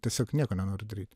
tiesiog nieko nenori daryt